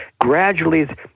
gradually